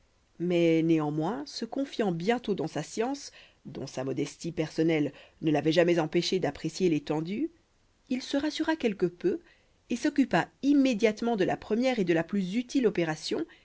mais néanmoins se confiant bientôt dans sa science dont sa modestie personnelle ne l'avait jamais empêché d'apprécier l'étendue il se rassura quelque peu et s'occupa immédiatement de la première et de la plus utile opération